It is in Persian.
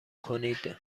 کنید